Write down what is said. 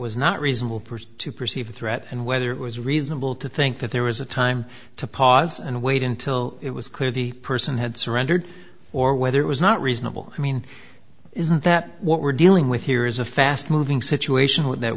was not reasonable person to perceive a threat and whether it was reasonable to think that there was a time to pause and wait until it was clear the person had surrendered or whether it was not reasonable i mean isn't that what we're dealing with here is a fast moving situation with that